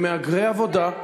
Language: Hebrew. הם מהגרי עבודה.